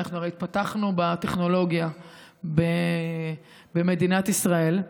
הרי אנחנו התפתחנו בטכנולוגיה במדינת ישראל,